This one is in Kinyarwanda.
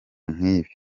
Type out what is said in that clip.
nk’ibi